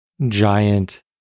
giant